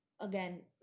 again